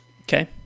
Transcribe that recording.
Okay